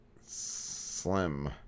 slim